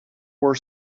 were